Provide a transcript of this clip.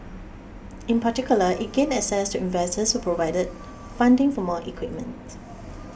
in particular it gained access to investors who provided funding for more equipment